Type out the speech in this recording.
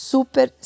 Super